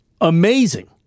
Amazing